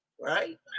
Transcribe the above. Right